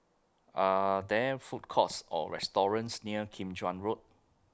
Are There Food Courts Or restaurants near Kim Chuan Road